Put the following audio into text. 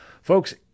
Folks